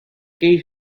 gave